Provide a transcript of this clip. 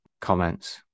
comments